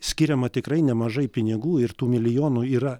skiriama tikrai nemažai pinigų ir tų milijonų yra